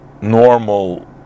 normal